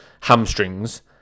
hamstrings